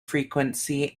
frequency